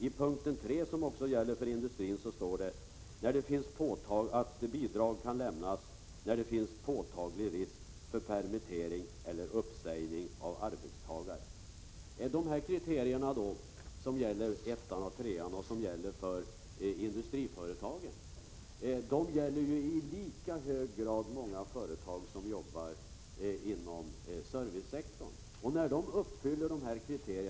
I punkt 3, som också gäller för industrin, står det att bidrag kan lämnas när det finns påtaglig risk för permittering eller uppsägning av arbetstagare. Det är dessa kriterier, i punkterna 1 och 3, som gäller industriföretagen. Men de gäller i lika hög grad många företag som har sin verksamhet inom servicesektorn.